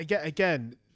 Again